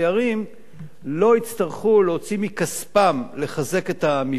לא יצטרכו להוציא מכספם לחזק את המבנים,